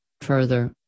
Further